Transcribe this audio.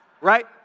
Right